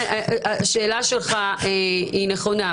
השאלה שלך היא נכונה.